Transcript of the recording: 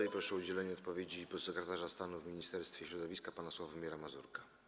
I proszę o udzielenie odpowiedzi podsekretarza stanu w Ministerstwie Środowiska pana Sławomira Mazurka.